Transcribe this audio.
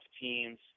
teams